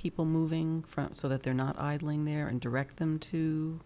people moving front so that they're not idling there and direct them to